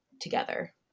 together